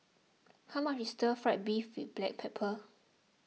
how much is Stir Fry Beef with Black Pepper